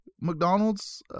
McDonald's